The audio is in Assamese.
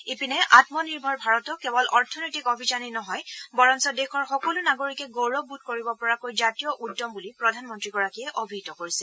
ইপিনে আমনিৰ্ভৰ ভাৰতক কেৱল অৰ্থনৈতিক অভিযানেই নহয় বৰঞ্চ দেশৰ সকলো নাগৰিকে গৌৰৱবোধ কৰিব পৰাকৈ জাতীয় উদ্যম বুলি প্ৰধানমন্ত্ৰীগৰাকীয়ে অভিহিত কৰিছে